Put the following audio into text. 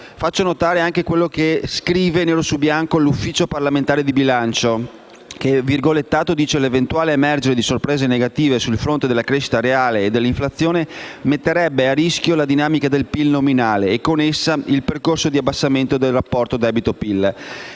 Faccio notare anche quello che scrive nero su bianco l'Ufficio parlamentare di bilancio (UPB) che dice che «l'eventuale emergere di sorprese negative sul fronte della crescita reale e dell'inflazione metterebbe a rischio la dinamica del PIL nominale e, con essa, il percorso di abbassamento del rapporto debito/PIL».